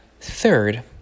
Third